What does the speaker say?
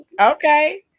Okay